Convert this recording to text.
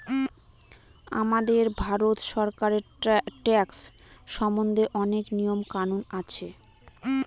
আমাদের ভারত সরকারের ট্যাক্স সম্বন্ধে অনেক নিয়ম কানুন আছে